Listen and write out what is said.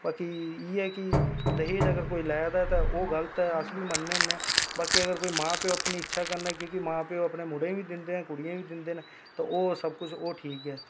बाकी इ'यै ऐ कि दाज अगर कोई लै दा ऐ ते ओह् गलत ऐ अस बी मन्नने होन्ने बाकी अगर कोई मां प्यो अपनी इच्छा कन्नै की के मां प्यो अपने मुड़े गी बी दिंदे न कुड़ियें ई बी दिंदे न तां ओह् सब किश ओह् ठीक ऐ